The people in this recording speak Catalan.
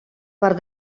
per